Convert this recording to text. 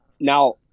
now